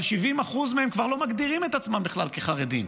אבל 70% מהם כבר לא מגדירים את עצמם בכלל כחרדים,